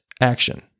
action